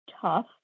tough